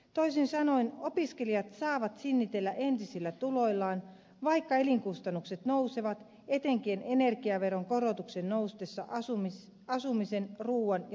toisin sanoen opiskelijat saavat sinnitellä entisillä tuloillaan vaikka elinkustannukset nousevat etenkin energiaveron korotuksen noustessa asumisen ruuan ja liikkumisen hinta